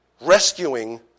rescuing